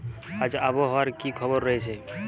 আজ আবহাওয়ার কি খবর রয়েছে?